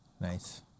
Nice